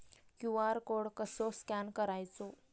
QR code कसो scan करायचो?